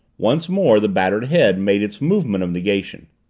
once more the battered head made its movement of negation.